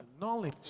Knowledge